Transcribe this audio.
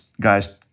guys